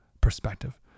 perspective